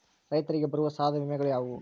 ರೈತರಿಗೆ ಬರುವ ಸಾಲದ ವಿಮೆಗಳು ಯಾವುವು?